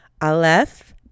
Aleph